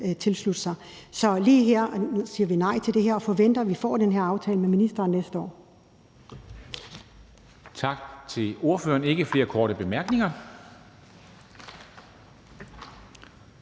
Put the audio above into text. tilslutte sig. Så lige her og nu siger vi nej til det her, og vi forventer, at vi får den her aftale med ministeren næste år.